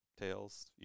tails